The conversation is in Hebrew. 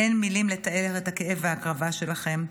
אין מילים לתאר את הכאב וההקרבה שלכם.